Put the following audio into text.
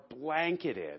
blanketed